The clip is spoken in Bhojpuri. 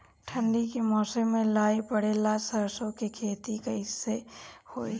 ठंडी के मौसम में लाई पड़े ला सरसो के खेती कइसे होई?